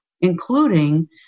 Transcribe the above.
including